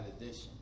edition